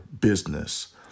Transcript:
business